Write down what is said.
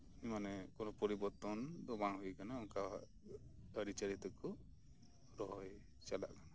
ᱢᱟᱱᱮ ᱠᱚᱱᱚ ᱚᱨᱤᱵᱚᱨᱛᱚᱱ ᱫᱚ ᱵᱟᱝ ᱦᱳᱭ ᱠᱟᱱᱟ ᱚᱝᱠᱟ ᱟᱨᱤᱪᱟᱞᱤ ᱛᱮᱠᱚ ᱨᱚᱦᱚᱭ ᱪᱟᱞᱟᱜ ᱠᱟᱱᱟ